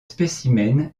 spécimens